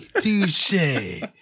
Touche